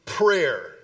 prayer